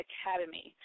Academy